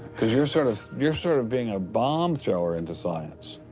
because you're sort of you're sort of being a bomb thrower into science.